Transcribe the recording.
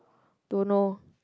don't know